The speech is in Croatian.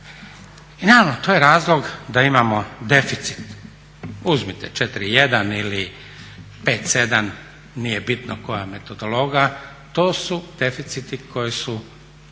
I naravno to je razlog da imamo deficit uzmite 4,1 ili 5,7 nije bitno koja metodologija to su deficiti koji su